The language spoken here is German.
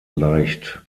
leicht